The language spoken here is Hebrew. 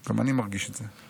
גם אני מרגיש את זה.